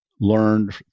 learned